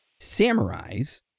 samurais